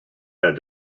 had